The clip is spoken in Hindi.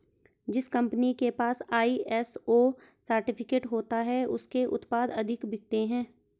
जिस कंपनी के पास आई.एस.ओ सर्टिफिकेट होता है उसके उत्पाद अधिक बिकते हैं